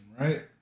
Right